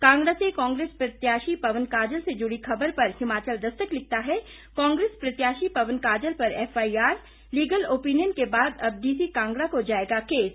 कांगड़ा से कांग्रेस प्रत्याशी पवन काजल से जुड़ी खबर पर हिमाचल दस्तक लिखता है कांग्रेस प्रत्याशी पवन काजल पर एफआईआर लिगल ऑपिनियन के बाद अब डीसी कांगड़ा को जाएगा केस